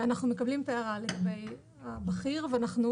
אנחנו מקבלים את ההערה לגבי "בכיר", ואנחנו